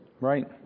Right